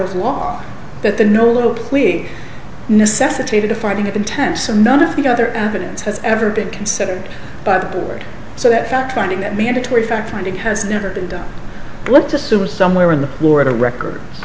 of law that the no little clique necessitated a finding of intent so none of the other avenues has ever been considered by the board so that fact finding that mandatory fact finding has never been done let's assume somewhere in the florida records